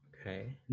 Okay